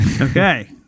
okay